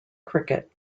cricket